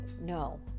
no